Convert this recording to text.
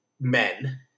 men